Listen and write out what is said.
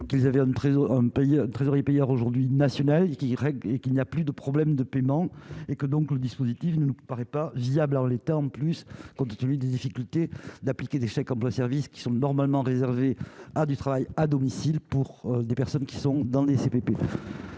qu'ils avaient une très haut aujourd'hui national qui règle et qu'il n'y a plus de problème de paiement et que donc le dispositif ne nous paraît pas viable en l'état, en plus, compte tenu des difficultés d'appliquer des chèques emploi-service qui sont normalement réservés à du travail à domicile pour des personnes qui sont dans les CPE,